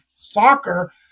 Soccer